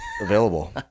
available